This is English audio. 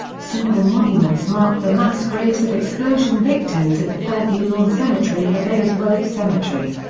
simple monuments mark the mass graves of explosion victims at the fairview lawn cemetery and the bayers road cemetery.